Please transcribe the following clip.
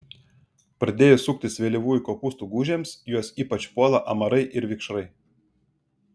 pradėjus suktis vėlyvųjų kopūstų gūžėms juos ypač puola amarai ir vikšrai